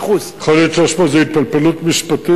יכול להיות שיש פה איזו התפלפלות משפטית.